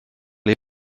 les